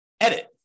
edit